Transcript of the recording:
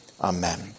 Amen